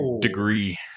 degree